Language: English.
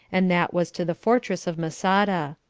and that was to the fortress of masada.